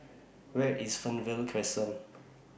Where IS Fernvale Crescent